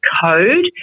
code